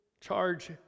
charge